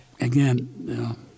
again